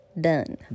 done